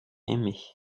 aimé